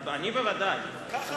אני, ודאי.